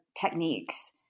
techniques